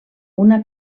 una